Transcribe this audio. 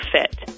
fit